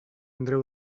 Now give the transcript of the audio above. andreu